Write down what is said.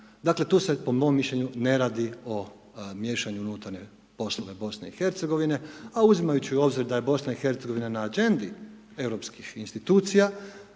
Dakle tu se po mom mišljenju ne radi o miješanju u unutarnje poslove BiH, a uzimajući u obzir da je BiH na agendi europskih institucija